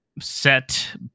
set